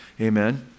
amen